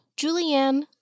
Julianne